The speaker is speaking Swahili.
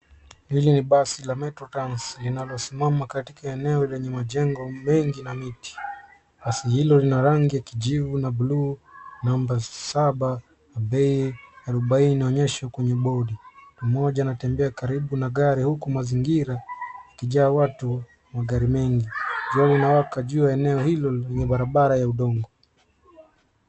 Hili ni basi la Metro Trans , linalosimama katika eneo la majengo mengi na miti. Basi hilo lina rangi ya kijivu na blue, number 7, na bei 40 inaonyeshwa kwenye bodi. Mtu mmoja anatembea karibu na gari huku mazingira, yakijaa watu na magari mengi, Jua linawaka juu ya eneo hilo lenye barabara ya udongo.